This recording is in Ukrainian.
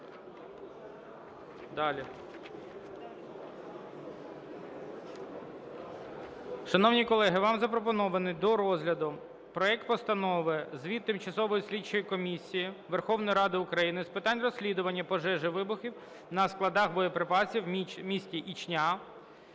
Далі. Шановні колеги, вам запропонований до розгляду проект Постанови – Звіт Тимчасової слідчої комісії Верховної Ради України з питань розслідування пожежі (вибухів) на складах боєприпасів в місті Ічня,